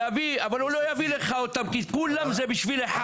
אבל הוא לא יביא לך אותם, כי כולם זה בשביל אחד.